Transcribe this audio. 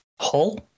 Hull